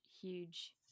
huge